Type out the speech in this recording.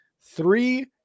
Three